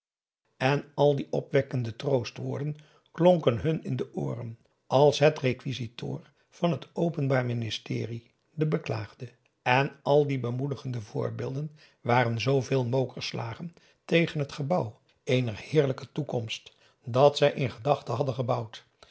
indië werd onder ps maurits klonken hun in de ooren als het requisitoir van het openbaar ministerie den beklaagde en al die bemoedigende voorbeelden waren zooveel mokerslagen tegen het gebouw eener heerlijke toekomst dat zij in gedachte hadden gebouwd